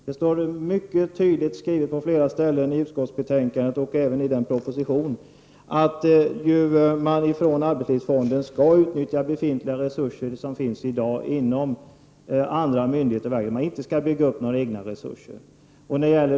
Det står mycket tydligt skrivet på flera ställen i utskottsbetänkandet och även i propositionen, att arbetslivsfonden skall utnyttja befintliga resurser inom andra myndigheter och inte bygga upp egna resurser.